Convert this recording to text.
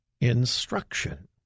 instruction